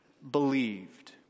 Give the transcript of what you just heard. believed